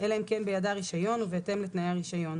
אלא אם כן בידה רישיון ובהתאם לתנאי הרישיון,